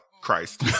Christ